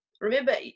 remember